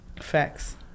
Facts